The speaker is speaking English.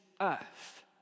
earth